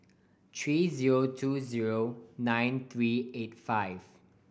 three zero two zero nine three eight five